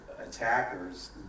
attackers